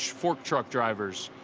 fork-truck drivers,